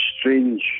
strange